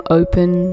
open